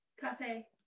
Cafe